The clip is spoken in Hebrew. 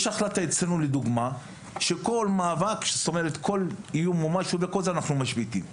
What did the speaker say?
יש החלטה אצלנו לדוגמה, שכל איום, אנחנו משביתים.